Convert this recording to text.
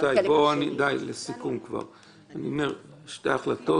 רבותיי, לסיכום אני אומר ששתי החלטות